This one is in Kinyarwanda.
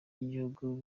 by’igihugu